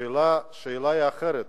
השאלה היא אחרת.